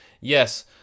Yes